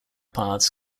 paths